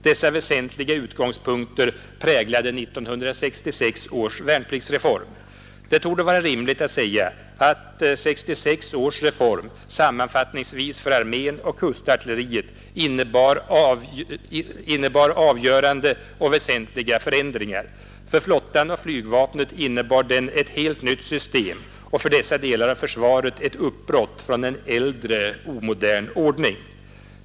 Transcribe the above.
Dessa väsentliga utgångspunkter präglade 1966 års värnpliktsreform. Det torde vara rimligt att säga att 1966 års reform sammanfattningsvis för armén och kustartilleriet innebar avgörande och väsentliga förändringar. För flottan och flygvapnet innebar den ett helt nytt system och för dessa delar av försvaret ett uppbrott från en äldre, omodern ordning.